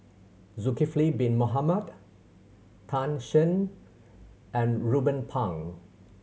Zulkifli Bin Mohamed Tan Shen and Ruben Pang